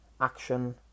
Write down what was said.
action